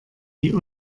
die